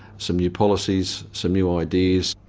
some new policies, some new ideas.